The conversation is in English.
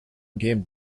game